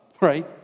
right